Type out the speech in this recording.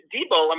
Debo